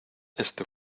este